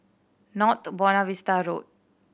North Buona Vista Road